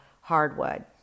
hardwood